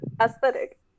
aesthetic